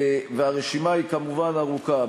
והרשימה היא כמובן ארוכה.